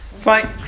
Fine